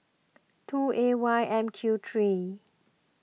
two A Y M Q three